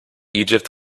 egypt